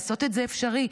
לעשות את זה אפשרי.